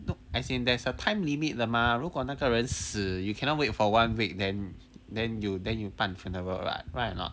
no as in theres a time limit 的吗如果那个人死 you cannot wait for one week then then you then 你办 funeral [what] right or not